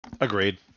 Agreed